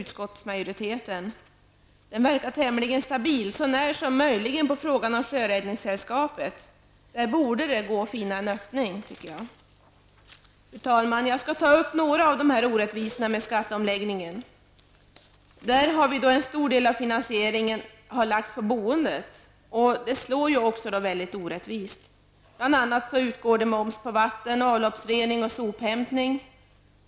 Utskottsmajoriteten är stabil möjligen med undantag av den fråga som gäller Sjöräddningssällskapet. Där borde det gå att finna en öppning. Fru talman! Jag skall ta upp till debatt några av orättvisorna med skatteomläggningen. En stor del av finansieringen har lagts på boendet, vilket slår mycket orättvist. Bl.a. utgår moms på vatten, avloppsrening och sophämtning.